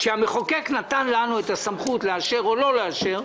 כאשר המחוקק נתן לנו סמכות לאשר או לא לאשר,